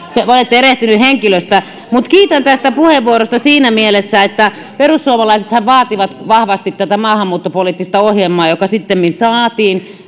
te olette erehtynyt henkilöstä mutta kiitän tästä puheenvuorosta siinä mielessä että perussuomalaisethan vaativat vahvasti tätä maahanmuuttopoliittista ohjelmaa joka sittemmin saatiin